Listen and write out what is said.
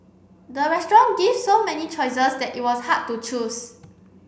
the restaurant give so many choices that it was hard to choose